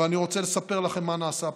אבל אני רוצה לספר לכם מה נעשה פה.